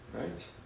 Right